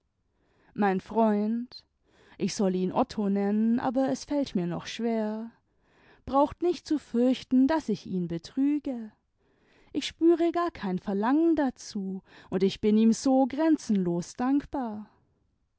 mein freund ich soll ihn otto nennen aber es fällt mir noch schwer braucht nicht zu fürchten daß ich ihn betrüge ich spüre gar kein verlangen dazu und ich bin ihm so grenzenlos dankbar